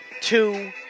two